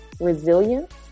resilience